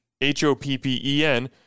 H-O-P-P-E-N